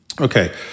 Okay